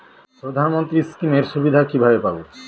প্রধানমন্ত্রী স্কীম এর সুবিধা কিভাবে পাবো?